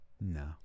No